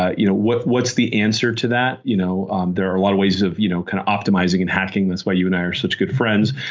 ah you know what's what's the answer to that? you know um there are a lot of ways of you know kind of optimizing and hacking. that's why you and i are such good friends.